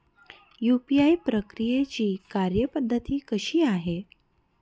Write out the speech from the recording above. UPI प्रक्रियेची कार्यपद्धती कशी आहे?